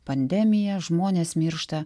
pandemija žmonės miršta